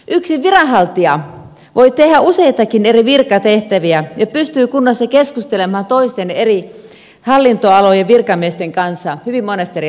yksi viranhaltija voi tehdä useitakin eri virkatehtäviä ja pystyy kunnassa keskustelemaan toisten eri hallintoalojen virkamiesten kanssa hyvin monista eri asioista